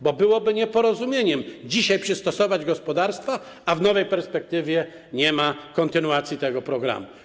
Bo byłoby nieporozumieniem dzisiaj przystosować gospodarstwa, jeśli w nowej perspektywie nie będzie kontynuacji tego programu.